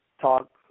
talk